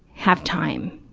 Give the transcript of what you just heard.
have time,